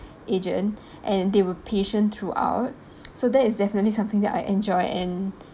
agent and they were patient throughout so there is definitely something that I enjoy and